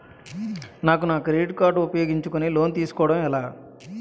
నాకు నా credit card ఉపయోగించుకుని లోన్ తిస్కోడం ఎలా?